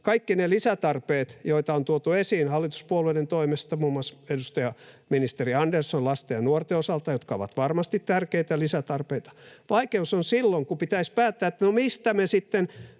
kaikki ne lisätarpeet on tuotu esiin hallituspuolueiden toimesta — muun muassa ministeri Andersson lasten ja nuorten osalta, mitkä ovat varmasti tärkeitä lisätarpeita — ja pitäisi päättää, että no, mistä me sitten